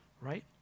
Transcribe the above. right